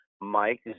Mike